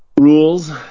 rules